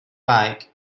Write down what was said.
bike